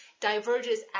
diverges